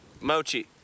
Mochi